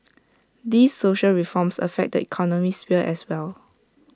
these social reforms affect the economic sphere as well